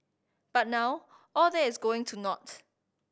but now all that is going to naught